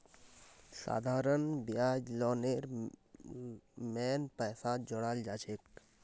साधारण ब्याज लोनेर मेन पैसात जोड़ाल जाछेक